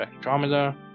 spectrometer